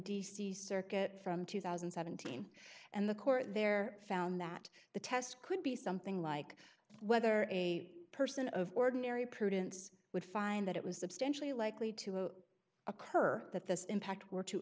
d c circuit from two thousand and seventeen and the court there found that the test could be something like whether a person of ordinary prudence would find that it was substantially likely to occur that this impact were to